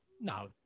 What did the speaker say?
No